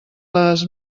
les